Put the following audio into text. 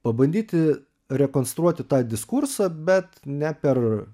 pabandyti rekonstruoti tą diskursą bet ne per